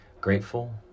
Grateful